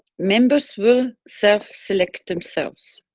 members will self select themselves.